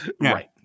Right